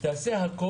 כלומר, לעשות הכול.